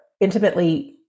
intimately